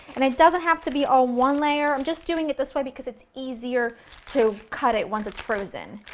and it doesn't have to be all on one layer, i'm just doing it this way because it's easier to cut it once it's frozen.